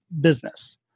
business